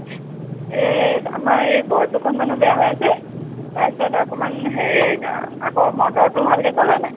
এই আমাৰ এই বৰ্ড দুখন মানো বেয়া হৈ আছে তাৰপিছত অকণমান হেৰি আকৌ মটৰটো ভালকে চলা নাই